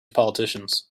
politicians